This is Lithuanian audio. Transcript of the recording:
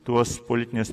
tuos politinius